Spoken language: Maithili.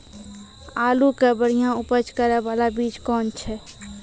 आलू के बढ़िया उपज करे बाला बीज कौन छ?